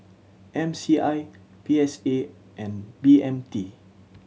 M C I P S A and B M T